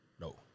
No